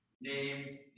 named